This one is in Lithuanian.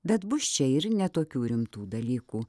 bet bus čia ir ne tokių rimtų dalykų